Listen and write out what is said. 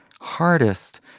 hardest